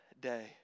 day